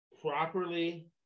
properly